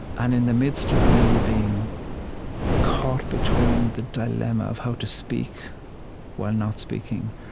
and in the midst of me being caught between the dilemma of how to speak while not speaking,